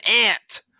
ant